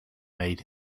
made